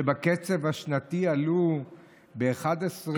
שבקצב השנתי עלו ב-11.3%.